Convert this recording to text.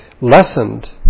lessened